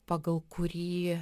pagal kurį